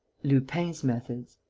lupin's methods.